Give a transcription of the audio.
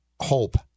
hope